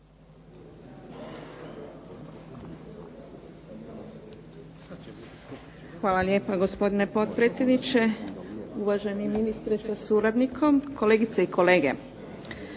Hvala lijepo gospodine potpredsjedniče, uvaženi ministre sa suradnikom, kolegice i kolege.